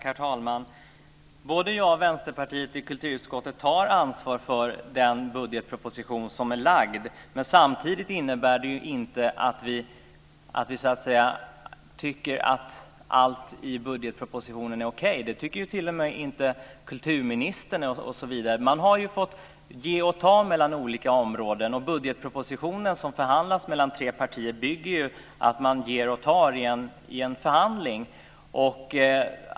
Herr talman! Både jag och Vänsterpartiet tar ansvar för den budgetproposition som är framlagd. Samtidigt innebär det ju inte att vi tycker att allt i budgetpropositionen är okej. Det tycker inte ens kulturministern. Man har fått ta och ge mellan olika områden. Budgetpropositionen har förhandlats fram mellan tre partier. Den bygger på att man ger och tar i en förhandling.